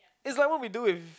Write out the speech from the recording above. it's like what we do with